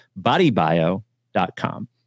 BodyBio.com